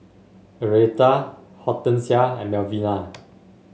Arietta Hortensia and Melvina